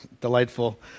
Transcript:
delightful